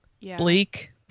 Bleak